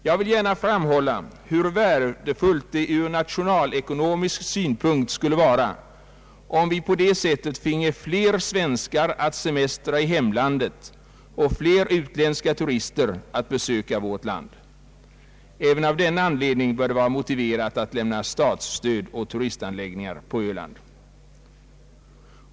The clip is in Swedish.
Jag vill gärna framhålla hur värdefullt det ur nationalekonomisk synpunkt skulle vara om vi på det sättet finge fler svenskar att semestra i hemlandet och fler utländska turister att besöka vårt land. även av denna anledning bör det vara motiverat att lämna statsstöd åt turistanläggningar på öland.